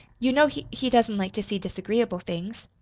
you know he he doesn't like to see disagreeable things.